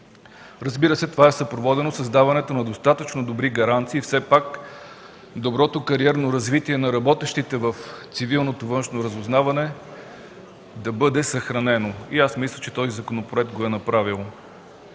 Разбира се, това е съпроводено с даването на достатъчно добри гаранции, все пак доброто кариерно развитие на работещите в цивилното външно разузнаване да бъде съхранено. Аз мисля, че този законопроект го е направил.